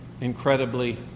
incredibly